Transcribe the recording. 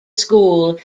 school